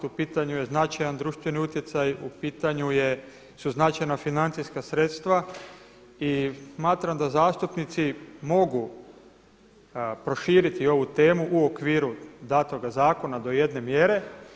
U pitanju je značajan društveni utjecaj, u pitanju su značajna financijska sredstva i smatram da zastupnici mogu proširiti ovu temu u okviru datoga zakona do jedne mjere.